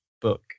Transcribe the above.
book